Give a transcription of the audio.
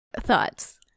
thoughts